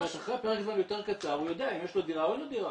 אחרי פרק זמן יותר קצר הוא יודע אם יש לו דירה או אין לו דירה.